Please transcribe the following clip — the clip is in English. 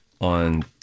on